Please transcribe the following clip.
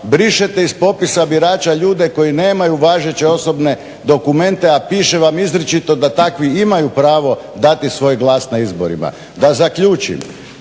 brišete iz popisa birača ljude koji nemaju važeće osobne dokumente a piše vam izričito da takvi imaju pravo dati svoj glas na izborima. Da zaključim,